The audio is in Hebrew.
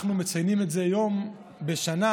אנחנו מציינים את זה יום בשנה,